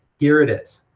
here it is.